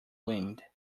wind